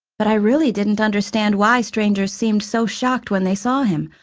but i really didn't understand why strangers seemed so shocked when they saw him.